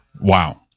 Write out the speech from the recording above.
Wow